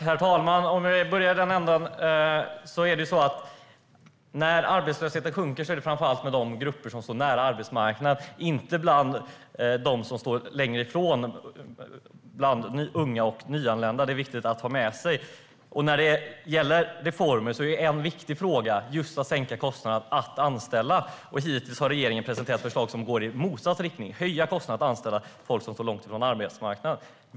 Herr talman! Det är viktigt att ha med sig att när arbetslösheten sjunker är det framför allt i de grupper som står nära arbetsmarknaden, inte bland dem som står längre ifrån den, unga och nyanlända. När det gäller reformer är det viktigt för att minska kostnaderna att anställa. Hittills har regeringen presenterat förslag som går i motsatt riktning om att höja kostnaderna för att anställa människor som står långt från arbetsmarknaden.